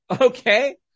Okay